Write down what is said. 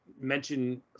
mention